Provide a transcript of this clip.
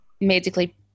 medically